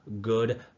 good